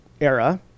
era